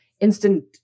instant